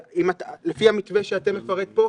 לפי המתווה שאתה מפרט אותו,